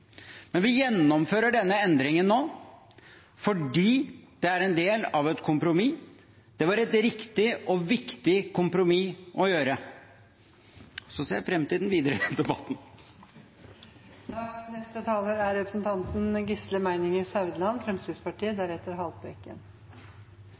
Men vi gjennomfører denne endringen nå fordi det er en del av et kompromiss. Det var et riktig og viktig kompromiss å gjøre. Så ser jeg fram til den videre